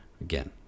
Again